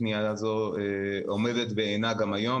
הפנייה הזו עומדת בעינה גם היום.